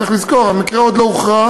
צריך לזכור, המקרה עוד לא הוכרע,